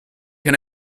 can